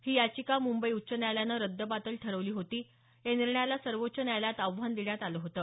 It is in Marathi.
ही याचिका मुंबई उच्च न्यायालयानं रद्दबादल ठरवली होती या निर्णयाला सर्वोच्व न्यायालयात आव्हान देण्यात आलं होतं